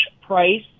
price